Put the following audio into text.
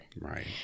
Right